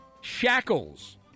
shackles